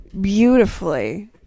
beautifully